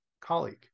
colleague